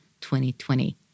2020